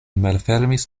malfermis